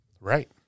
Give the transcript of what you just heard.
Right